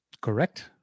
Correct